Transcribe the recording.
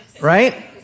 right